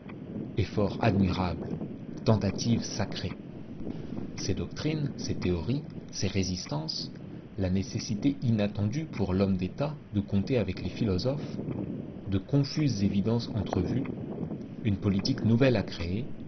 efforts admirables tentatives sacrées ces doctrines ces théories ces résistances la nécessité inattendue pour l'homme d'état de compter avec les philosophes de confuses évidences entrevues une politique nouvelle à créer